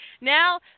now